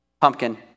pumpkin